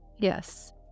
Yes